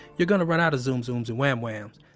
you're going to run out of zoom zooms and wham whams.